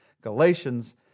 Galatians